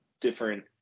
different